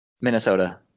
Minnesota